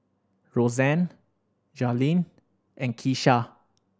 Rozanne Jailene and Kesha